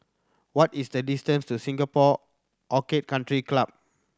what is the distance to Singapore Orchid Country Club